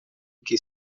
que